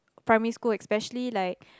primary school especially like